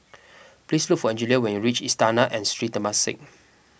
please look for Angelia when you reach Istana at Sri Temasek